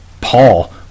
Paul